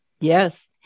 Yes